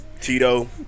tito